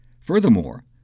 Furthermore